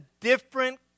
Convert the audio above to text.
different